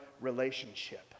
relationship